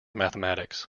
mathematics